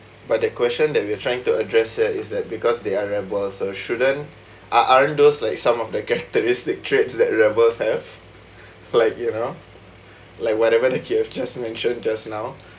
but the question that we are trying to address at is that because they are rebels so shouldn't uh aren't those like some of the characteristic traits that rebels have like you know like whatever that you have just mentioned just now